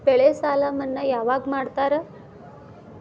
ಬೆಳೆ ಸಾಲ ಮನ್ನಾ ಯಾವಾಗ್ ಮಾಡ್ತಾರಾ?